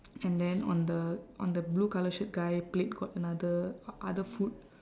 and then on the on the blue colour shirt guy plate got another o~ other food